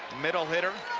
middle hitter.